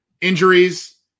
injuries